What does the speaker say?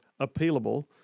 appealable